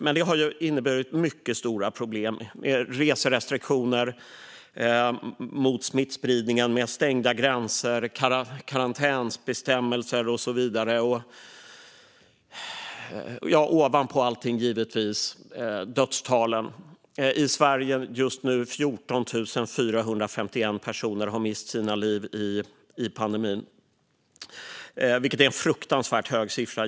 Detta har dock inneburit mycket stora problem med reserestriktioner för att hindra smittspridningen, stängda gränser, karantänsbestämmelser och så vidare. Ovanpå allting har vi givetvis dödstalen. I Sverige är det just nu 14 451 personer som har mist livet i pandemin, vilket givetvis är en fruktansvärt hög siffra.